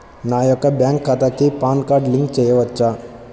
నా యొక్క బ్యాంక్ ఖాతాకి పాన్ కార్డ్ లింక్ చేయవచ్చా?